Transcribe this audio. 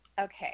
Okay